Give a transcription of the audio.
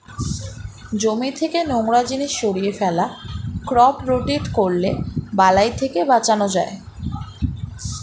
জমি থেকে নোংরা জিনিস সরিয়ে ফেলা, ক্রপ রোটেট করলে বালাই থেকে বাঁচান যায়